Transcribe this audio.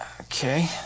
Okay